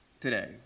today